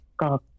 God